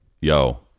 Yo